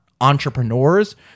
entrepreneurs